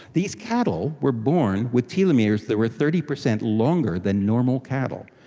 these cattle were born with telomeres that were thirty percent longer than normal cattle.